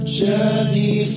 journey